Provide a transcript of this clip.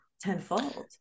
tenfold